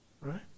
Right